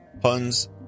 Puns